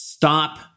stop